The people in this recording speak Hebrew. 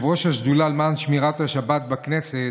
איך יכול